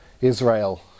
israel